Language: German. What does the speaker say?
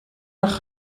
nach